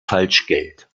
falschgeld